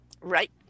Right